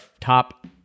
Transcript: top